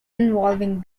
involving